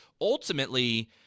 Ultimately